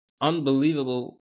unbelievable